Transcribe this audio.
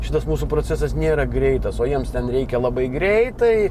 šitas mūsų procesas nėra greitas o jiems ten reikia labai greitai